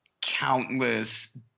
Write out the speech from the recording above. countless